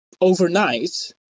overnight